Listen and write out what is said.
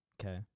Okay